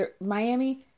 Miami